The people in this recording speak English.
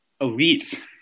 elite